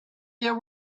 there